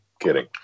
kidding